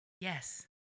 yes